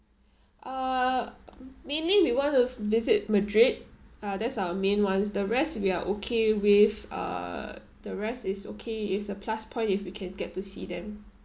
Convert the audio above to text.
uh mainly we want to visit madrid ah that's our main ones the rest we are okay with uh the rest is okay it's a plus point if we can get to see them